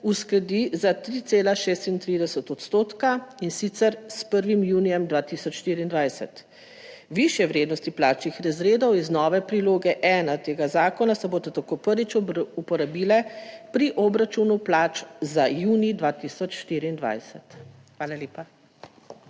uskladi za 3,36 odstotka, in sicer s 1. junijem 2024. Višje vrednosti plačnih razredov iz nove priloge 1 tega zakona se bodo tako prvič uporabile pri obračunu plač za junij 2024. Hvala lepa.